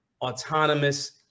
autonomous